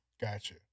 Gotcha